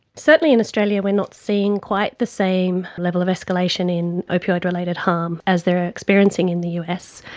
certainly in australia we've not seen quite the same level of escalation in opioid related harm as they are experiencing in the us,